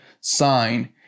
sign